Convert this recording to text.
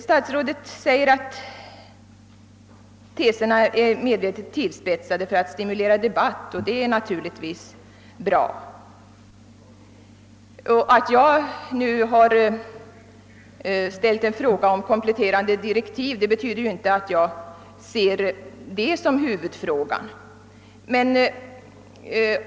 Statsrådet säger att teserna är medvetet tillspetsade för att stimulera till debatt, och det är naturligtvis bra. Att jag nu har ställt en fråga om eventuell komplettering av direktiven för utredningen på detta område betyder inte att jag ser detta som huvudproblemet.